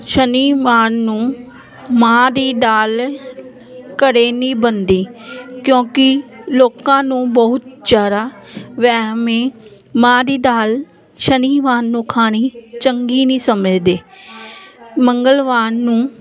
ਸ਼ਨੀਵਾਰ ਨੂੰ ਮਾਂਹ ਦੀ ਦਾਲ ਘਰ ਨਹੀਂ ਬਣਦੀ ਕਿਉਂਕਿ ਲੋਕਾਂ ਨੂੰ ਬਹੁਤ ਜ਼ਿਆਦਾ ਵਹਿਮ ਹੈ ਮਾਂਹ ਦੀ ਦਾਲ ਸ਼ਨੀਵਾਰ ਨੂੰ ਖਾਣੀ ਚੰਗੀ ਨਹੀਂ ਸਮਝਦੇ ਮੰਗਲਵਾਰ ਨੂੰ